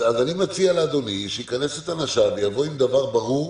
אני מציע לאדוני שיכנס את אנשיו ויבוא עם דבר ברור,